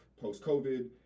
post-COVID